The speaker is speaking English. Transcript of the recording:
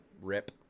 rip